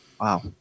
Wow